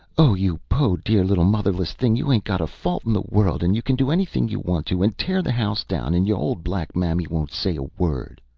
oh, you po' dear little motherless thing, you ain't got a fault in the world, and you can do anything you want to, and tear the house down, and yo' old black mammy won't say a word